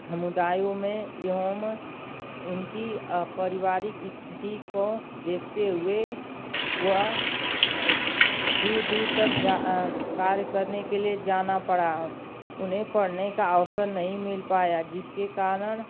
समुदायों में एवं उनकी पारिवारिक स्थिति को देखते हुए वह दूर दूर तक जा कार्य करने के लिए जाना पड़ा उन्हें पढ़ने का अवसर नहीं मिल पाया जिसके कारण